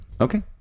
Okay